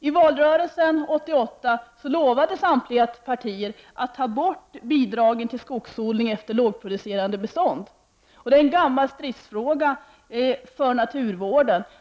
I valrörelsen 1988 lovade samtliga partier att ta bort bidragen till skogsodling efter lågproducerande bestånd. Detta är en gammal stridsfråga för naturvården.